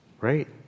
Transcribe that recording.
right